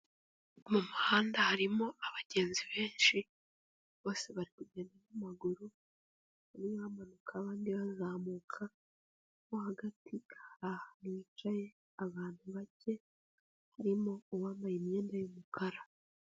Mu muhanda harimo abagenzi benshi bose bari kugenda n'amaguru bamwe bamanuka abandi bazamuka mo hagati, hari ahantu hicaye abantu bake harimo uwambaye imyenda y'umukara.